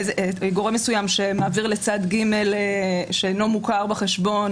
גורם מסוים שמעביר לצד ג' שאינו מוכר בחשבון,